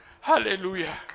Hallelujah